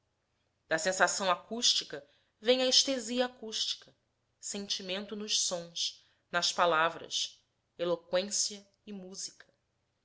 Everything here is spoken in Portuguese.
da sensação acústica vem a estesia acústica sentimento nos sons nas palavras eloqüência e música